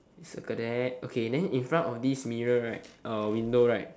circle that okay then in front of this mirror right uh window right